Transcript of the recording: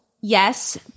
yes